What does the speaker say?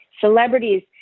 celebrities